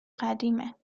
قدیمه